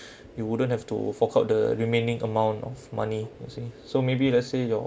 you wouldn't have to fork out the remaining amount of money per se so maybe let's say your